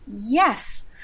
Yes